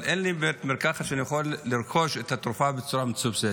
אבל אין לי בית מרקחת שבו אני יכול לרכוש את התרופה בצורה מסובסדת.